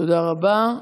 תודה רבה.